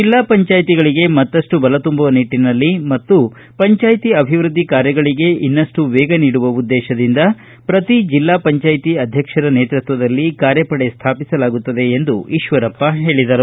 ಜಿಲ್ಡಾ ಪಂಚಾಯುಗಳಿಗೆ ಮತ್ತಪ್ಪು ಬಲ ತುಂಬುವ ನಿಟ್ಟನಲ್ಲಿ ಮತ್ತು ಪಂಚಾಯು ಅಭಿವೃದ್ದಿ ಕಾರ್ಯಗಳಿಗೆ ಅನ್ನಷ್ಟು ವೇಗ ನೀಡುವ ಉದ್ದೇಶದಿಂದ ಪ್ರತಿ ಜಿಲ್ಲಾ ಪಂಚಾಯ್ತಿ ಅಧ್ಯಕ್ಷರ ನೇತೃತ್ವದಲ್ಲಿ ಕಾರ್ಯಪಡೆ ಸ್ಥಾಪಿಸಲಾಗುತ್ತದೆ ಎಂದು ಅವರು ಹೇಳಿದರು